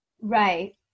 Right